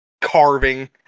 carving